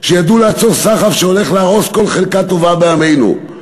שידעו לעצור סחף שהולך להרוס כל חלקה טובה בעמנו,